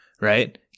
right